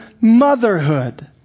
motherhood